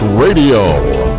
radio